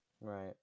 Right